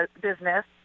business